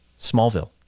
Smallville